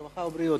הרווחה והבריאות.